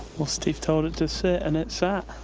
well, steve told it to sit and it sat.